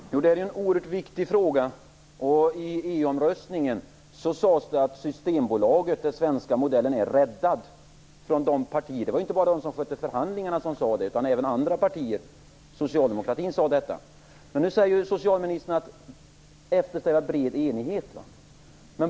Herr talman! Detta är en oerhört viktig fråga. I EU-omröstningen sades det att Systembolaget och den svenska modellen är räddade. Det var inte bara de som skötte förhandlingarna som sade det utan även andra partier. Man sade detta från socialdemokratin. Nu säger socialministern att hon eftersträvar bred enighet.